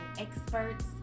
experts